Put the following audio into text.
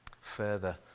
further